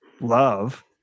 love